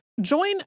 Join